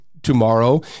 tomorrow